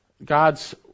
God's